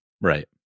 Right